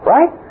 Right